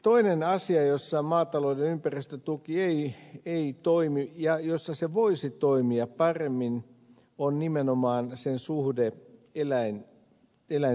toinen asia jossa maatalouden ympäristötuki ei toimi ja jossa se voisi toimia paremmin on nimenomaan sen suhde eläintenpitoon